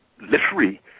literary